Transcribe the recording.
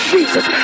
Jesus